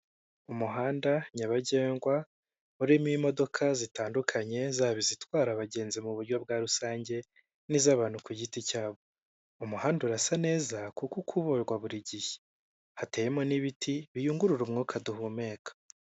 Umuhanda nyabagendwa urimo imodoka zitandukanye, zaba izitwara abagenzi mu buryo bwa rusange, n'iz'abantu ku giti cyabo. Umuhanda urasa neza, kuko ukuburwa buri gihe. Hateyemo n'ibiti biyungurura umwuka duhumeka.